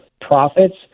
profits